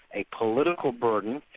a political burden,